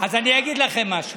אני אגיד לכם משהו,